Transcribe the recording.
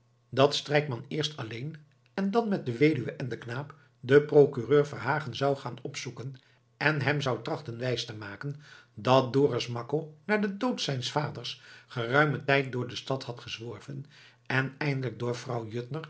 dat strijkman eerst alleen en dan met de weduwe en den knaap den procureur verhagen zou gaan opzoeken en hem zou trachten wijs te maken dat dorus makko na den dood zijns vaders geruimen tijd door de stad had gezworven en eindelijk door vrouw